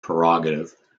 prerogative